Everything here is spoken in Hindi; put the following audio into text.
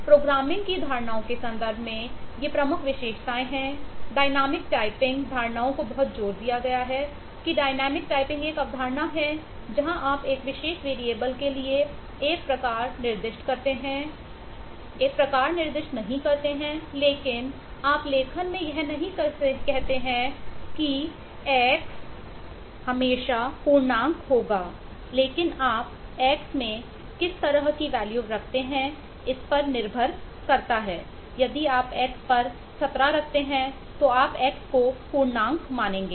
तो प्रोग्रामिंग रखते हैं इस पर निर्भर करता हैं यदि आप x पर 17 रखते हैं तो आप x को पूर्णांक मानेंगे